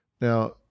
Now